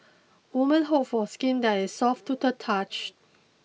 woman hope for skin that is soft to the touch